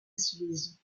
silésie